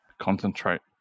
concentrate